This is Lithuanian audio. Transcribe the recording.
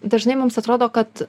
dažnai mums atrodo kad